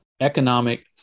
economic